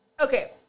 Okay